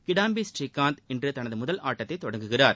கிடாம்பி ஸ்ரீகாந்த் இன்று தனது முதல் ஆட்டத்தை தொடங்குகிறார்